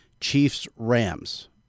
Chiefs-Rams